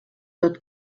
tot